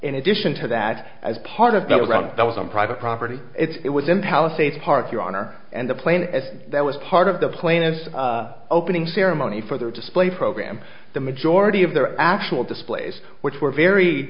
in addition to that as part of the route that was on private property it was him palisades park your honor and the plane as that was part of the plane is opening ceremony for their display program the majority of their actual displays which were very